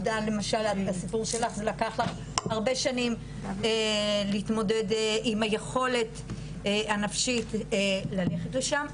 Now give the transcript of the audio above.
למשל הסיפור שלך לקח לך הרבה שנים להתמודד עם היכולת הנפשית ללכת לשם,